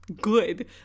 Good